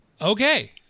Okay